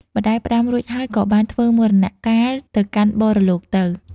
ម្ដាយផ្ដាំរួចហើយ ក៏បានធ្វើមរណកាលទៅកាន់បរលោកទៅ។